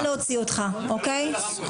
אני לא רוצה להוציא אותך, אוקיי?